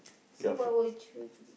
so what would you do